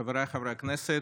חבריי חברי הכנסת,